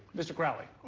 mr. crowley?